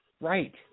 Right